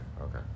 okay